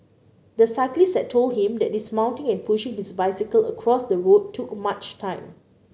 the cyclist had told him that dismounting and pushing his bicycle across the road took too much time